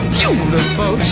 beautiful